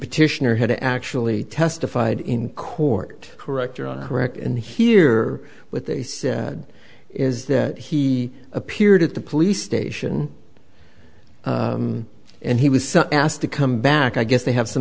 petitioner had to actually testified in court correct correct and here with they said is that he appeared at the police station and he was asked to come back i guess they have some